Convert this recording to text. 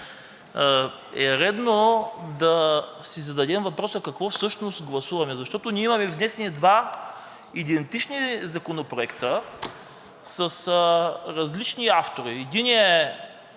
е редно да си зададем въпроса какво всъщност гласуваме, защото ние имаме внесени два идентични законопроекта с различни автори. Единият